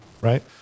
right